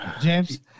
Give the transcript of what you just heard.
James